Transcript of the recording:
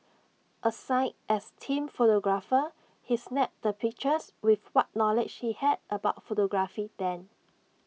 assigned as team photographer he snapped the pictures with what knowledge he had about photography then